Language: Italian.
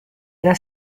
era